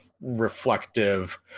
reflective